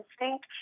instinct